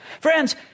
Friends